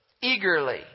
eagerly